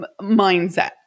mindset